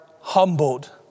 humbled